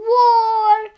War